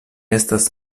estas